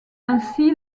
ainsi